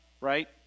Right